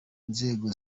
nzego